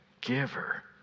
giver